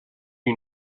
you